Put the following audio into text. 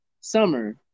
Summer